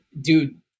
Dude